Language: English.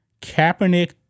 Kaepernick